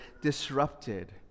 disrupted